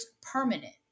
permanent